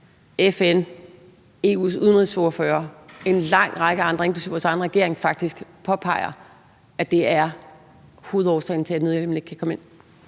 FN, EU's udenrigsordfører og en lang række andre, inklusive vores egen regering, faktisk påpeger er hovedårsagen til, at nødhjælpen ikke kan komme ind.